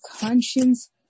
conscience